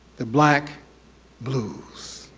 the black blues.